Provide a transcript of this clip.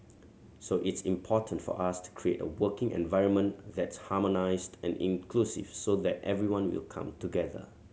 so it's important for us to create a working environment that's harmonised and inclusive so that everyone will come together